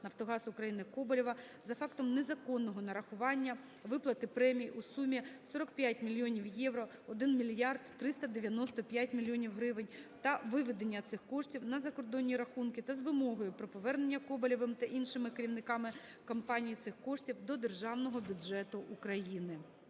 "Нафтогаз України" Коболєва за фактом незаконного нарахування, виплати премій у сумі 45 млн. євро (1 млрд. 395 млн. гривень) та виведення цих коштів на закордонні рахунки та з вимогою про повернення Коболєвим та іншими керівниками компанії цих коштів до Державного бюджету України.